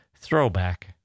throwback